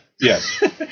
Yes